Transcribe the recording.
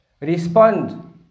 respond